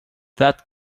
that